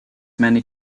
many